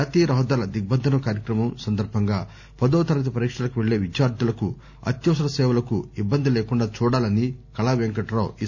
జాతీయ రహదారుల దిగ్భంధనం కార్యక్రమం సందర్భంగా పదో తరగతి పరీక్షలకు వెళ్ళే విద్యార్థులకు అత్యవసర సర్వీసులకు ఇబ్బంది లేకుండా చూడాలని కళా వెంక్రటావు సూచించారు